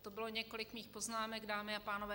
To bylo několik mých poznámek, dámy a pánové.